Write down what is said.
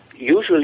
Usually